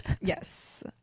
yes